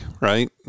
right